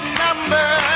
number